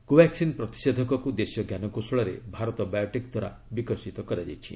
Covaxin ପ୍ରତିଷେଧକକୁ ଦେଶୀୟ ଜ୍ଞାନ କୌଶଳରେ ଭାରତ ବାୟୋଟକ୍ ଦ୍ୱାରା ବିକଶିତ କରାଯାଇଛି